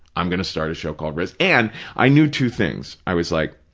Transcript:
i'm going to start a show called risk, and i knew two things. i was like,